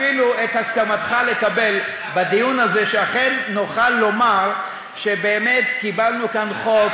אפילו לקבל את הסכמתך בדיון הזה שאכן נוכל לומר שבאמת קיבלנו כאן חוק,